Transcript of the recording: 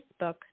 Facebook